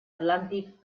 atlàntic